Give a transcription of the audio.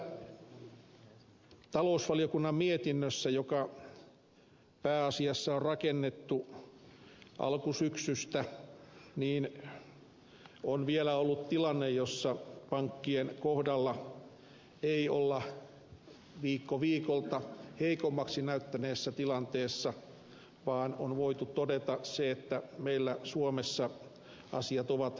tässä talousvaliokunnan mietinnössä joka pääasiassa on rakennettu alkusyksystä on vielä ollut tilanne jossa pankkien kohdalla ei olla viikko viikolta heikommalta näyttäneessä tilanteessa vaan on voitu todeta se että meillä suomessa asiat ovat hallinnassa